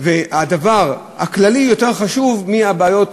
שהדבר הכללי יותר חשוב מהבעיות